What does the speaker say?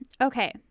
okay